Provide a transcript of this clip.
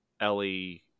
Ellie